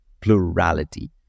plurality